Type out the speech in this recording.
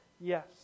yes